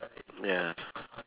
ya